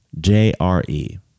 JRE